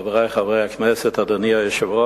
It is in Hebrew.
חברי חברי הכנסת, אדוני השר,